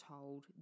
told